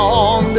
on